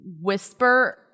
whisper